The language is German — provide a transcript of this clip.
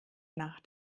nach